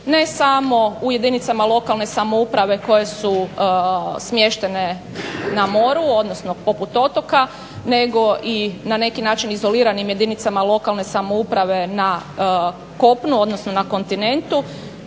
Ne samo u jedinicama lokalne samouprave koje su smještene na moru, odnosno poput otoka nego i na neki način izoliranim jedinicama lokalne samouprave na kopnu, odnosno na kontinentu